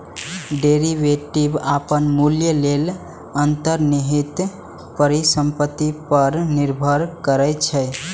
derivative अपन मूल्य लेल अंतर्निहित परिसंपत्ति पर निर्भर करै छै